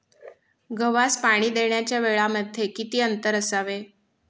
गव्हास पाणी देण्याच्या वेळांमध्ये किती अंतर असावे?